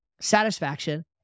satisfaction